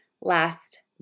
last